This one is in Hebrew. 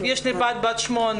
יש לי בת בת 8,